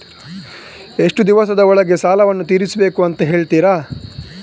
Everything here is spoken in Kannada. ಎಷ್ಟು ದಿವಸದ ಒಳಗೆ ಸಾಲವನ್ನು ತೀರಿಸ್ಬೇಕು ಅಂತ ಹೇಳ್ತಿರಾ?